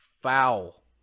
foul